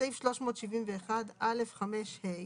בסעיף 371(א)(5)(ה),